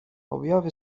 objawy